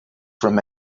from